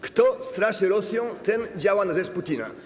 Kto straszy Rosją, ten działa na rzecz Putina.